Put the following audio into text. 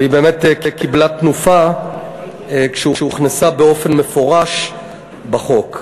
והיא באמת קיבלה תנופה כשהוכנסה באופן מפורש לחוק.